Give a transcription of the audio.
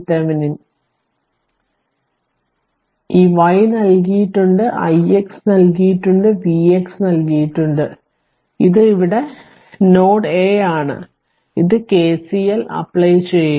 അതിനാൽ ഈ y നൽകിയിട്ടുണ്ട് ix നൽകിയിട്ടുണ്ട് Vx നൽകിയിട്ടുണ്ട് ഇത് ഇവിടെ നോഡ് a ആണ് ഇത് KCL അപ്ലൈ ചെയുക